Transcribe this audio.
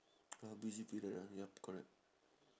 ah busy period ah yup correct